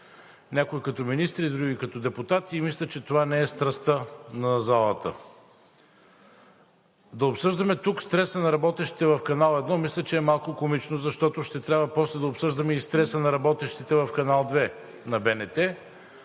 Чолаков са неоправдани. Мисля, че това не е страстта на залата. Да обсъждаме тук стреса на работещите в Канал 1 мисля, че е малко комично, защото ще трябва после да обсъждаме и стреса на работещите в Канал 2 на БНТ,